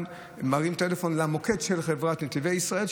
מרים טלפון למוקד של חברת נתיבי ישראל,